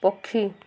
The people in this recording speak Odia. ପକ୍ଷୀ